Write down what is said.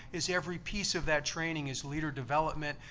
is every piece of that training is leader development.